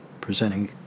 presenting